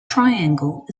triangle